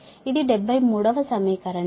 ఇది 73 వ సమీకరణం